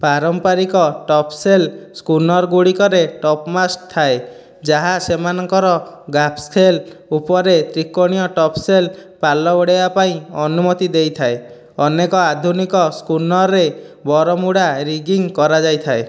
ପାରମ୍ପରିକ ଟପ୍ସେଲ ସ୍କୁନରଗୁଡ଼ିକରେ ଟପ୍ମାଷ୍ଟ ଥାଏ ଯାହା ସେମାନଙ୍କର ଗାଫସେଲ୍ ଉପରେ ତ୍ରିକୋଣୀୟ ଟପ୍ସେଲ ପାଲ ଉଡ଼ାଇବା ପାଇଁ ଅନୁମତି ଦେଇଥାଏ ଅନେକ ଆଧୁନିକ ସ୍କୁନର୍ରେ ବରମୁଡ଼ା ରିଗିଂ କରାଯାଇଥାଏ